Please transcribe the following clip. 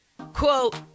Quote